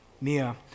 Mia